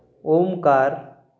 Omkar